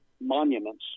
monuments